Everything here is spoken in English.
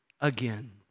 again